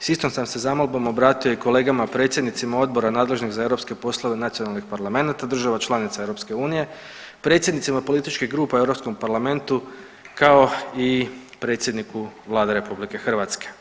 Sa istom sam se zamolbom obratio i kolegama predsjednicima odbora nadležnih za europske poslove nacionalnih parlamenata država članica EU, predsjednicima političkih grupa u Europskom parlamentu kao i predsjedniku Vlade Republike Hrvatske.